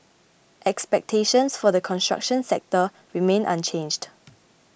expectations for the construction sector remain unchanged